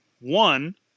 One